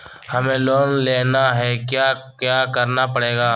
हमें लोन लेना है क्या क्या करना पड़ेगा?